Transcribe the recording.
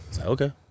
okay